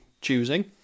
choosing